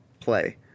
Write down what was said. play